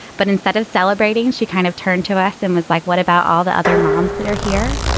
but instead of celebrating, she kind of turned to us and was like, what about all the other moms that are here?